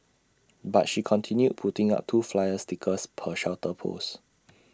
but she continued putting up two flyer stickers per shelter post